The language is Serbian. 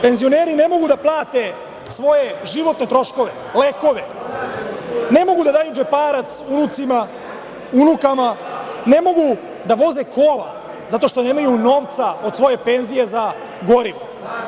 Penzioneri ne mogu da plate svoje životne troškove, lekove, ne mogu da daju džeparac unucima, unukama, ne mogu da voze kola zato što nemaju novca od svoje penzije za gorivo.